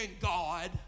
God